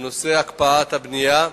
בנושא הקפאת הבנייה.